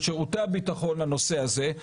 של שירותי הביטחון לנושא הזה.